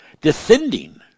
descending